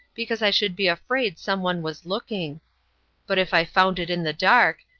because i should be afraid some one was looking but if i found it in the dark,